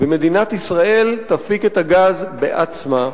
ומדינת ישראל תפיק את הגז בעצמה.